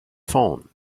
phone